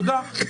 תודה.